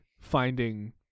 finding